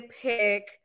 pick